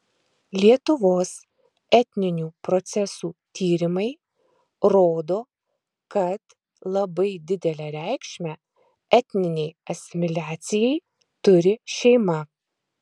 lietuvos etninių procesų tyrimai rodo kad labai didelę reikšmę etninei asimiliacijai turi šeima